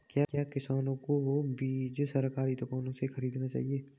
क्या किसानों को बीज सरकारी दुकानों से खरीदना चाहिए?